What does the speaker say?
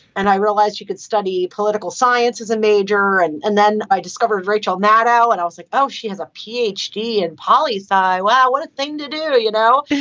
and i realized you could study political science as a major. and and then i discovered rachel maddow and i was like, oh, she has a p. h. d and poly sci. wow, what a thing to do. you know,